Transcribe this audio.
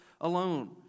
alone